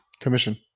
commission